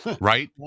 right